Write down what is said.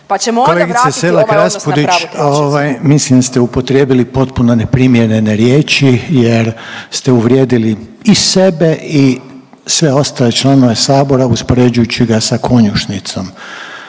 Kolegice Selak-Raspudić mislim da ste upotrijebili potpuno neprimjerene riječi, jer ste uvrijedili i sebe i sve ostale članove Sabora uspoređujući ga sa konjušnicom.